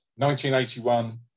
1981